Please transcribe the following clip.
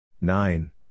Nine